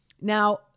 Now